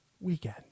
Weekend